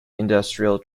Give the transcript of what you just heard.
industrial